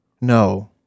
no